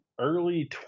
early